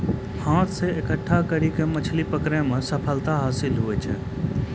हाथ से इकट्ठा करी के मछली पकड़ै मे सफलता हासिल हुवै छै